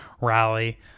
rally